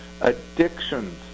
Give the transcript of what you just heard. addictions